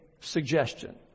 suggestion